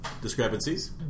discrepancies